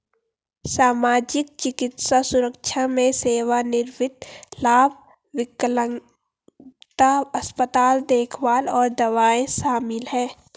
सामाजिक, चिकित्सा सुरक्षा में सेवानिवृत्ति लाभ, विकलांगता, अस्पताल देखभाल और दवाएं शामिल हैं